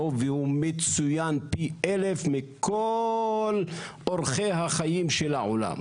והוא מצוין פי אלף מכל אורחי החיים של העולם.